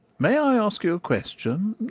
may i ask you a question,